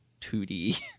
2d